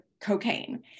cocaine